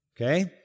okay